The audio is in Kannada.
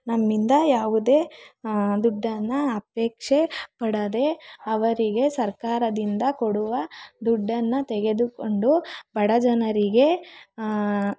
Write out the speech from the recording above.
ನಮ್ಮಿಂದ ಯಾವುದೇ ದುಡ್ಡನ್ನು ಅಪೇಕ್ಷೆ ಪಡದೆ ಅವರಿಗೆ ಸರ್ಕಾರದಿಂದ ಕೊಡುವ ದುಡ್ಡನ್ನು ತೆಗೆದುಕೊಂಡು ಬಡ ಜನರಿಗೆ